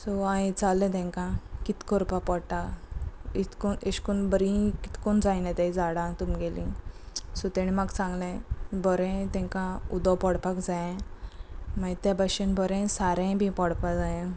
so हांये विचारलें तेंकां कित करपाक पडटा इतको इश्कून बरी कितकोन जायना ते झाडां तुमगेली सो तेणी म्हाका सांगले बरें तेंका उदक पडपाक जाय मागीर त्या भाशेन बरें सारें बी पडपा जाय